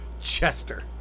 Chester